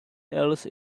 else